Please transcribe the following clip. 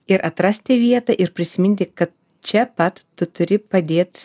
ir atrasti vietą ir prisiminti kad čia pat tu turi padėt